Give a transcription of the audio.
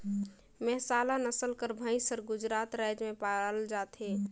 मेहसाला नसल कर भंइस हर गुजरात राएज में पाल जाथे